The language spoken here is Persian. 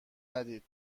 ندید